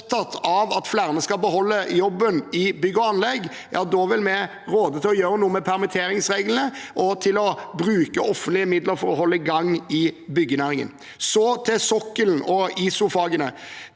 opptatt av at flere skal beholde jobben i bygg og anlegg, vil vi råde til å gjøre noe med permitteringsreglene og til å bruke offentlige midler for å holde i gang byggenæringen. Så til sokkelen og ISO-fagene: